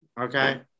Okay